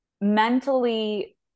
mentally